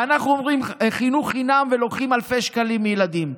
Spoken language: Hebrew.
ואנחנו אומרים "חינוך חינם" ולוקחים אלפי שקלים מילדים.